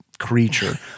creature